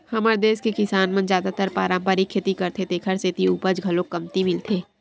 हमर देस के किसान मन जादातर पारंपरिक खेती करथे तेखर सेती उपज घलो कमती मिलथे